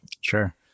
Sure